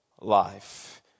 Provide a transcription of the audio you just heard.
life